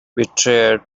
betrayed